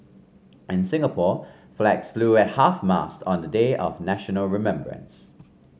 in Singapore flags flew at half mast on the day of national remembrance